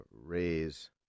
raise